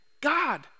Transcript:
God